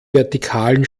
vertikalen